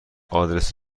آدرس